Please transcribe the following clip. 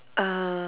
err